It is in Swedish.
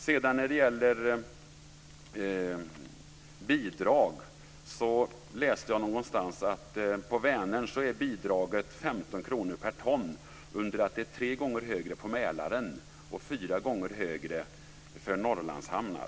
Jag läste någonstans att bidraget till transporter på Vänern är 15 kr per ton, under det att det är tre gånger högre på Mälaren och fyra gånger högre för transporter till Norrlandshamnar.